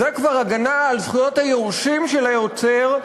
זה כבר הגנה על זכויות היורשים של היוצר,